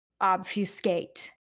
obfuscate